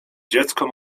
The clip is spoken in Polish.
dziecko